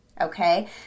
okay